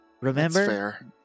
Remember